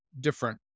different